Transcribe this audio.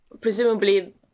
Presumably